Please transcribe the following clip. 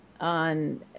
on